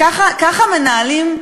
ככה מנהלים,